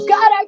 God